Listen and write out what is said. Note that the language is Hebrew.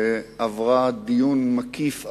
היא עברה דיון מקיף,